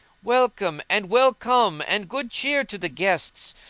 welcome, and well come and good cheer to the guests,